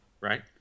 right